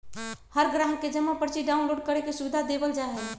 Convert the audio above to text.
हर ग्राहक के जमा पर्ची डाउनलोड करे के सुविधा देवल जा हई